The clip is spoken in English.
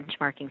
Benchmarking